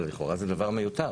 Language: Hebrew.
אבל לכאורה זה דבר מיותר.